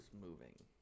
moving